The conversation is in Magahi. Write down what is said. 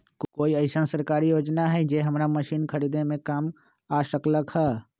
कोइ अईसन सरकारी योजना हई जे हमरा मशीन खरीदे में काम आ सकलक ह?